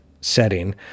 setting